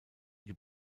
die